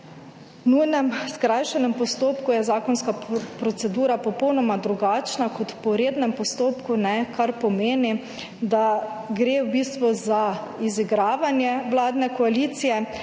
po nujnem, skrajšanem postopku je zakonska procedura popolnoma drugačna kot po rednem postopku. Kar pomeni, da gre v bistvu za izigravanje vladne koalicije